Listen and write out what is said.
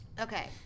Okay